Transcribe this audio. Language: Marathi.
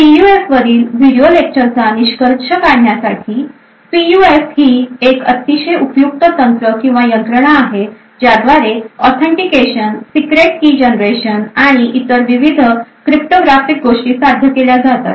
पीयूएफवरील व्हिडिओ लेक्चर्सचा निष्कर्ष काढण्यासाठी पीयूएफ ही एक अतिशय उपयुक्त तंत्र किंवा यंत्रणा आहेत ज्याद्वारे ऑथेंटिकेशन सिक्रेट की जनरेशन आणि इतर विविध क्रिप्टोग्राफिक गोष्टी साध्य केल्या जातात